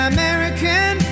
American